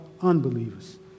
unbelievers